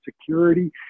security